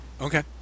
Okay